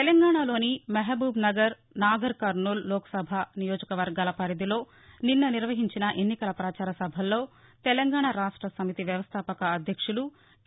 తెలంగాణలోని మహబూబ్నగర్ నాగర్ కర్నూల్ లోక్సభ నియోజకవర్గాల పరిధిలో నిన్న నిర్వహించిన ఎన్నికల ప్రచార సభల్లో తెలంగాణ రాష్ట సమితి వ్యవస్థాపక అధ్యక్షులు కె